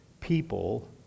people